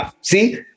See